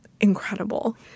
incredible